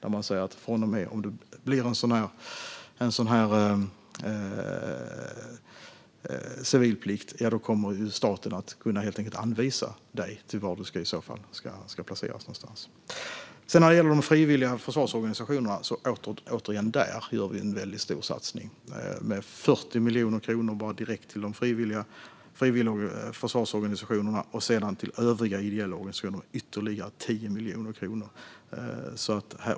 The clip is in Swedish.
Om det blir civilplikt kommer staten att kunna anvisa folk en placering. När det gäller de frivilliga försvarsorganisationerna gör vi återigen en väldigt stor satsning med 40 miljoner kronor direkt till frivilligorganisationerna, och sedan ytterligare 10 miljoner till övriga ideella organisationer.